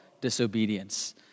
disobedience